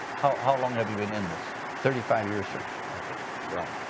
how how long have you been in this? thirty five years, sir. okay. well,